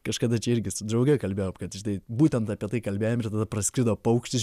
kažkada čia irgi su drauge kalbėjom kad žinai būtent apie tai kalbėjom ir tada praskrido paukštis